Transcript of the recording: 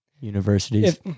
universities